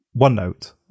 OneNote